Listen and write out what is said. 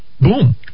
Boom